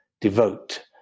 devote